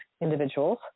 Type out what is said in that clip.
individuals